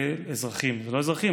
זה לא אזרחים,